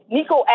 Nico